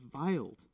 veiled